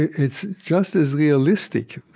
it's just as realistic.